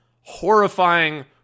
horrifying